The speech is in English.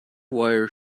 wires